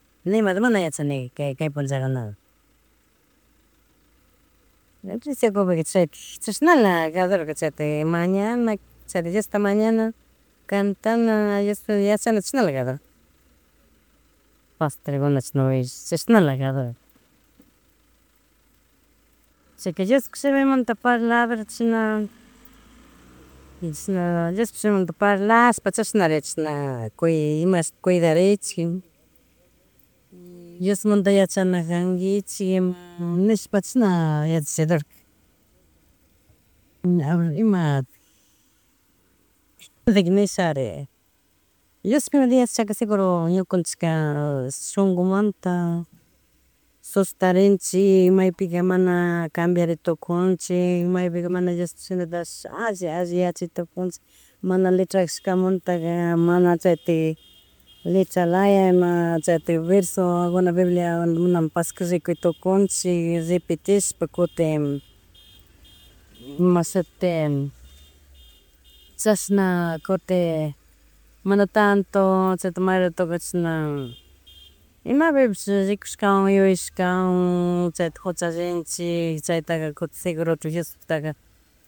Nemanta mana yachanika kay, kay punllakunata, chaytik chashnala kadorka chayti mañana chay Diosta mañana, kantana, Diosta yachana, chayshnala kador Pastorkuna chishna willash chisnla kador. Chayka Diospak shimimanta parlardor la verad chishna, chashna diospak shimita parlashpa chashnare chishna cuy cuidarichik, diosmanta yachanakanguichik ima, neshpa chashna yachachidurka. Imatik imatik neshari. Dios seguro ñukanchik ka shunkumanta sostarinchik, maypika mana kambiaritukunchik maypika mana Dios chashnatak alli, alli yachaytukunchik mana letra kashkamanta mana chaytik letralaya ima chaytik versoku bibliakuna pashkarikuytunchik repetishpa kutin, imashuti, chashna kutin mana tanto chayta may ratokunaka chishna ima pipish rikushkawan yuyashkawan chayta juchallinchik chaytaka kutin seguro tik Diostaka